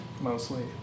mostly